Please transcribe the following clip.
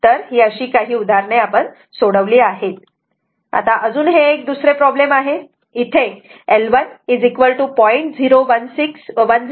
तर ही अशी काही उदाहरणे आपण सोडवली आहेत आता अजून हे एक दुसरे प्रॉब्लेम आहे इथे L1 0